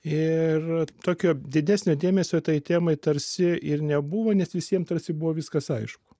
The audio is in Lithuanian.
ir tokio didesnio dėmesio tai temai tarsi ir nebuvo nes visiem tarsi buvo viskas aišku